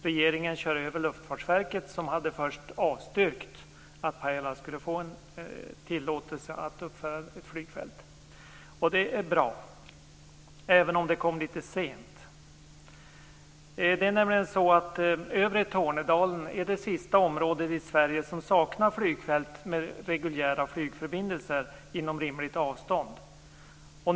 Regeringen kör över Luftfartsverket, som först hade avstyrkt att Pajala skulle få tillåtelse att uppföra ett flygfält. Det är bra - även det kom litet sent. Det är nämligen så att övre Tornedalen är det sista område i Sverige som saknar flygfält med reguljära flygförbindelser inom rimligt avstånd.